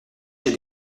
j’ai